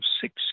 Six